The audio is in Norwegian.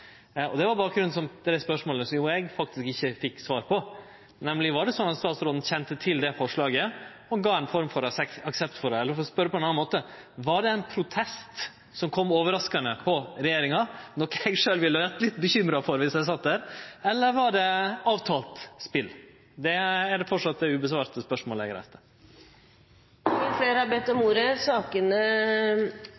førehand. Dette var bakgrunnen for det spørsmålet som eg ikkje fekk svar på, nemleg: Var det sånn at statsråden kjente til dette forslaget og gav ei form for aksept for det, eller, for å spørje på ein annen måte: Var det ein protest som kom overraskande på regjeringa – noko eg sjølv ville vore litt bekymra for viss eg sat der – eller var det avtalt spel? Det er framleis det usvara spørsmålet eg reiste. Flere har ikke bedt om